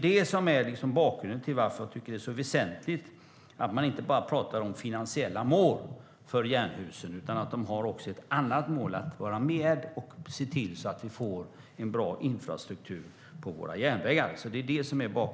Det är bakgrunden till att jag tycker att det är väsentligt att man inte bara talar om finansiella mål för Jernhusen utan att de också har ett annat mål, nämligen att vara med och se till att vi får en bra infrastruktur på våra järnvägar.